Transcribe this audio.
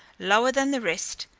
lower than the rest,